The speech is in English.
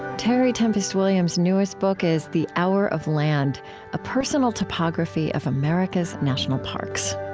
terry tempest williams' newest book is the hour of land a personal topography of america's national parks